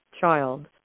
child